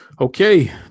Okay